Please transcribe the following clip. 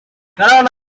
ntarabona